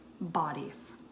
bodies